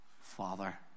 Father